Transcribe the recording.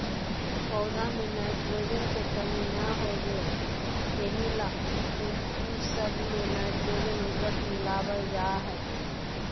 पौध में नाइट्रोजन के कमी न होबे एहि ला उ सब मे नाइट्रोजन उर्वरक मिलावल जा हइ